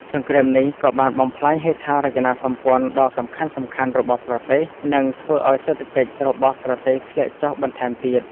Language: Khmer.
សង្គ្រាមនេះក៏បានបំផ្លាញហេដ្ឋារចនាសម្ព័ន្ធដ៏សំខាន់ៗរបស់ប្រទេស និងធ្វើឱ្យសេដ្ឋកិច្ចរបស់ប្រទេសធ្លាក់ចុះបន្ថែមទៀត។